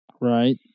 Right